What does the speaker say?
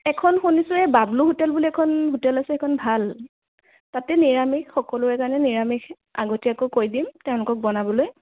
এখন শুনিছোঁ এই বাবলু হোটেল বুলি এখন হোটেল আছে সেইখন ভাল তাতে নিৰামিষ সকলোৰে কাৰণে নিৰামিষ আগতীয়াকৈ কৈ দিম তেওঁলোকক বনাবলৈ